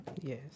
Yes